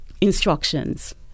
instructions